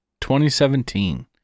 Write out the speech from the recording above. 2017